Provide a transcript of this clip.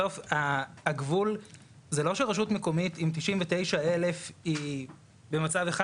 הגבול זה לא שרשות מקומית עם 99,000 היא במצב אחד